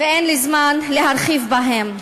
ואין לי זמן להרחיב בהם.